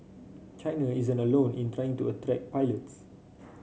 China isn't alone in trying to attract pilots